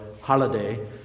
holiday